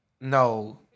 no